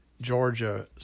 Georgia